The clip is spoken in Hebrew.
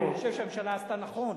ואני חושב שהממשלה עשתה נכון,